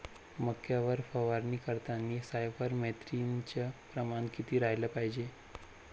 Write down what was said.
मक्यावर फवारनी करतांनी सायफर मेथ्रीनचं प्रमान किती रायलं पायजे?